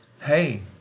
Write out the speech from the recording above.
Hey